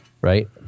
right